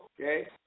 okay